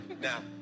Now